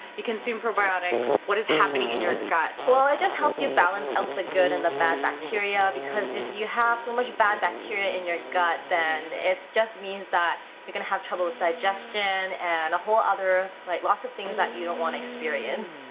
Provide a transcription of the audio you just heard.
you consume probiotics. what is happening in your gut? well, it just helps you balance out the good and the bad bacteria because if you have so much bad bacteria in your gut then just means that you're gonna have trouble with digestion and a whole other like lots of things that you don't wanna experience.